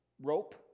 rope